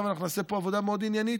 אנחנו נעשה גם פה עבודה מאוד עניינית,